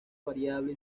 variable